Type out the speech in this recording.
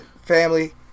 family